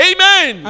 Amen